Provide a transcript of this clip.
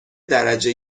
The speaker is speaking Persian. درجه